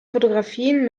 fotografien